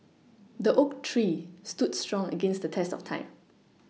the oak tree stood strong against the test of time